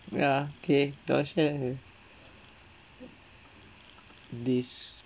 ya okay don't share this